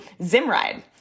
Zimride